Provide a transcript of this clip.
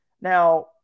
now